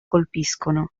colpiscono